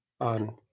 on